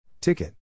Ticket